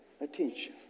attention